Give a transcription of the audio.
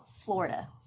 Florida